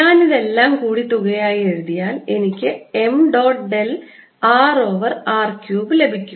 ഞാൻ ഇതെല്ലാം കൂടി തുകയായി എഴുതിയാൽ എനിക്ക് m dot del r over r cube ലഭിക്കും